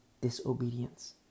disobedience